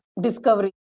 Discovery